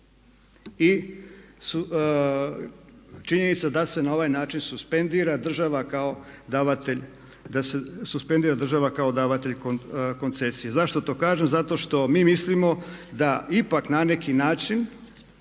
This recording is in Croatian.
davatelj, da se suspendira država kao davatelj koncesije. Zašto to kažem? Zato što mi mislimo da ipak na neki način